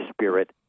Spirit